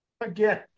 Again